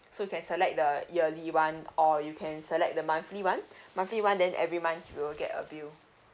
so you can select the early one or you can select the monthly one monthly one then every month you will get a bill